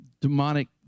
demonic